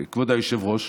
כבוד היושב-ראש.